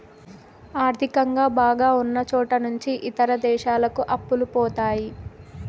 ఆర్థికంగా బాగా ఉన్నచోట నుంచి ఇతర దేశాలకు అప్పులు పోతాయి